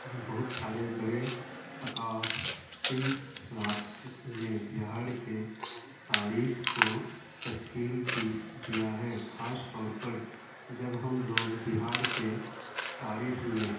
بہت سارے بڑے تقافتی اثرات نے بہاڑ کے تاریخ کو تشکیل دی دیا ہے کھاش طور پر جب ہم لوگ بہار کے تاریخ میں